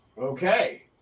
Okay